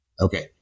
Okay